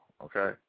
okay